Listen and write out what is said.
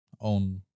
own